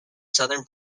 southern